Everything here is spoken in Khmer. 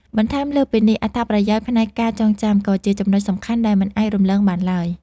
បន្ថែមលើសពីនេះ អត្ថប្រយោជន៍ផ្នែកការចងចាំ ក៏ជាចំណុចសំខាន់ដែលមិនអាចរំលងបានឡើយ